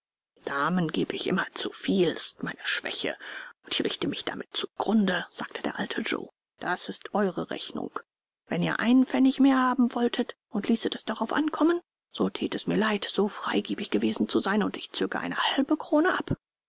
damen gebe ich immer zu viel s ist meine schwäche und ich richte mich damit zu grunde sagte der alte joe das ist eure rechnung wenn ihr einen pfennig mehr haben wolltet und ließet es darauf ankommen so thäte es mir leid so freigebig gewesen zu sein und ich zöge eine halbe krone ab